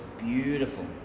beautiful